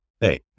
Hey